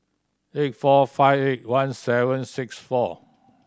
eight four five eight one seven six four